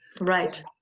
Right